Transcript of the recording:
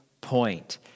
point